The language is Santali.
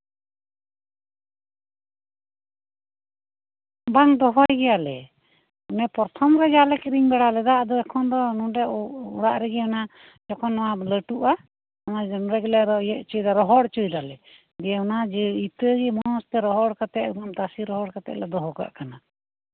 ᱵᱟᱝ ᱨᱚᱦᱚᱭ ᱜᱮᱭᱟᱞᱮ ᱯᱨᱚᱛᱷᱚᱢ ᱨᱮᱜᱮ ᱡᱟᱞᱮ ᱠᱤᱨᱤᱧ ᱵᱟᱲᱟ ᱞᱮᱫᱟ ᱟᱫᱚ ᱮᱠᱷᱚᱱ ᱫᱚ ᱚᱲᱟᱜ ᱨᱮᱜᱮ ᱡᱟᱜᱮ ᱞᱟᱹᱴᱩᱜᱼᱟ ᱱᱚᱸᱰᱮ ᱜᱮᱞᱮ ᱨᱚᱦᱲ ᱦᱚᱪᱚᱭ ᱫᱟᱞᱮ ᱫᱤᱭᱮ ᱚᱱᱟᱜᱮ ᱤᱛᱟᱹᱜᱮ ᱢᱚᱸᱡ ᱛᱮ ᱛᱟᱥᱮ ᱨᱚᱦᱚᱲ ᱠᱟᱛᱮ ᱞᱮ ᱫᱚᱦᱚ ᱠᱟᱜ ᱠᱟᱱᱟ